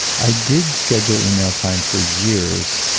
i did schedule email time for years,